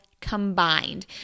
combined